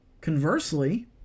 conversely